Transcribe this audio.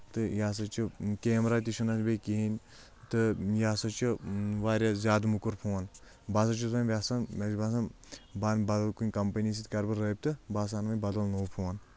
تہٕ یہِ ہسا چھُ کیمرا تہِ چھُنہٕ اَتھ بیٚیہِ کِہیٖنۍ تہٕ یہِ ہسا چھُ واریاہ زیادٕ موکُر فون بہٕ ہسا چھُس وۄنۍ باسان مےٚ چھُ باسان بَن بدل کُنہِ کمپنی سۭتۍ کرٕ بہٕ رٲبطہٕ تہٕ بہٕ ہَسا اَنہٕ وۄنۍ بدل نوٚو فون